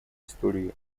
истории